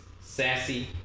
sassy